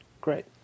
Great